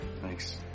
thanks